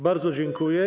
Bardzo dziękuję.